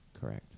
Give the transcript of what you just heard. Correct